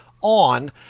on